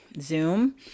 zoom